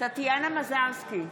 טטיאנה מזרסקי,